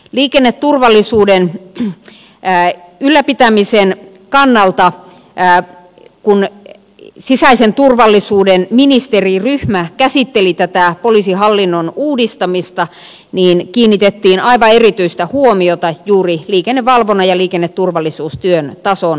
liikenneturvallisuuden ylläpitämisen kannalta kun sisäisen turvallisuuden ministeriryhmä käsitteli tätä poliisihallinnon uudistamista kiinnitettiin aivan erityistä huomiota juuri liikennevalvonnan ja liikenneturvallisuustyön tason varmistamiseen